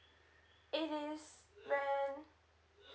it is when